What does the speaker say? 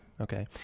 Okay